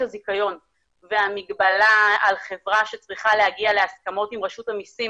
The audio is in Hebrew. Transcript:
הזיכיון והמגבלה על חברה שצריכה להגיע להסכמות עם רשות המיסים